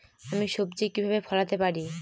আমি সবজি কিভাবে ফলাতে পারি?